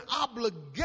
obligation